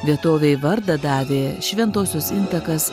vietovei vardą davė šventosios intakas